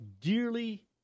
dearly